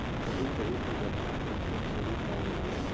कही कही पे गदहा खच्चरन से भी पावल जाला